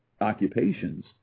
occupations